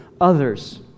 others